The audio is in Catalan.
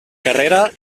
carrera